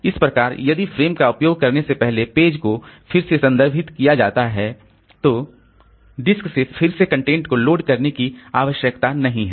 इस प्रकार यदि फ्रेम का उपयोग करने से पहले पेज को फिर से संदर्भित किया जाता है तो डिस्क से फिर से कंटेंट को लोड करने की आवश्यकता नहीं है